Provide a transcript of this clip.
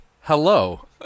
hello